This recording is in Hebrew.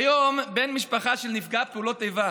כיום בן משפחה של נפגע פעולות איבה